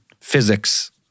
physics